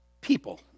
people